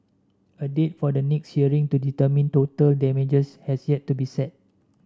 a date for the next hearing to determine total damages has yet to be set